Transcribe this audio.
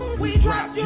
we drop